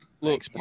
Look